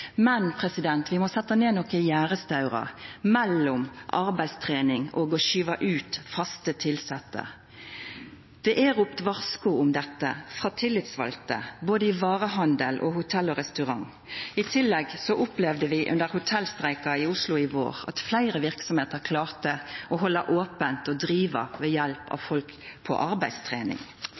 Men vi må setja ned nokre gjerdestaurar mellom arbeidstrening og å skyva ut fast tilsette. Det er ropt varsku om dette frå tillitsvalde både i varehandelen og innan hotell og restaurant. I tillegg opplevde vi under hotellstreiken i Oslo i vår at fleire verksemder klarte å halda ope og driva ved hjelp av folk på arbeidstrening,